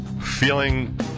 feeling